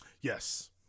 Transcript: Yes